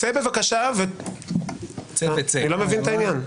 צא בבקשה, אני לא מבין את העניין.